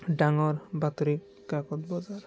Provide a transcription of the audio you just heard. ডাঙৰ বাতৰি কাকত বজাৰ